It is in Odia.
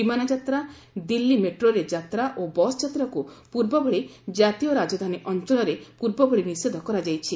ବିମାନ ଯାତ୍ରା ଦିଲ୍ଲୀ ମେଟ୍ରୋରେ ଯାତ୍ରା ଓ ବସ୍ ଯାତ୍ରାକୁ ପୂର୍ବ ଭଳି ଜାତୀୟ ରାଜଧାନୀ ଅଞ୍ଚଳରେ ପୂର୍ବ ଭଳି ନିଷେଧ କରାଯାଇଛି